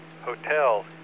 Hotel